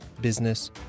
business